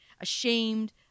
ashamed